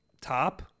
top